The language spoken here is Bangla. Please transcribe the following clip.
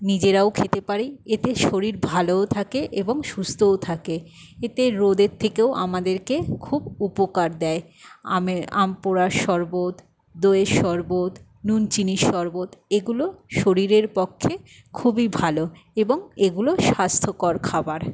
নিজেরাও খেতে পারি এতে শরীর ভালোও থাকে এবং সুস্থও থাকে এতে রোদের থেকেও আমাদেরকে খুব উপকার দেয় আম পোড়ার শরবত দইয়ের শরবত নুন চিনির শরবত এগুলো শরীরের পক্ষে খুবই ভালো এবং এগুলো স্বাস্থ্যকর খাবার